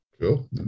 Cool